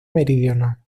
meridional